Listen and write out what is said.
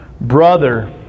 brother